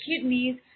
kidneys